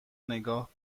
نگاه